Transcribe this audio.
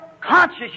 conscious